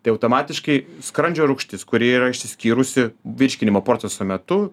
tai automatiškai skrandžio rūgštis kuri yra išsiskyrusi virškinimo proceso metu